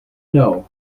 know